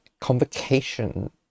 Convocation